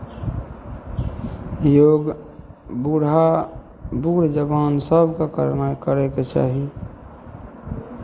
योग बूढ़ा बूढ़ जवान सभकेँ करना करयके चाही